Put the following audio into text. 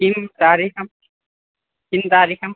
किं तारिखं किं तारिखम्